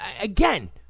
Again